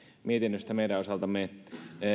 mietinnöstä meidän osaltamme